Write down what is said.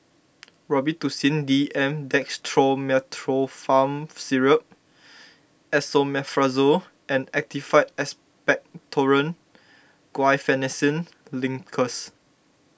Robitussin D M Dextromethorphan Syrup Esomeprazole and Actified Expectorant Guaiphenesin Linctus